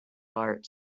arts